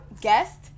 guest